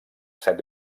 set